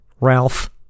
Ralph